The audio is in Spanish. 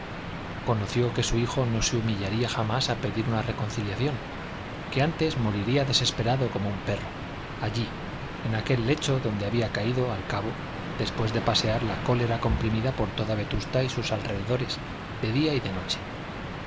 conoció que su hijo no se humillaría jamás a pedir una reconciliación que antes moriría desesperado como un perro allí en aquel lecho donde había caído al cabo después de pasear la cólera comprimida por toda vetusta y sus alrededores de día y de noche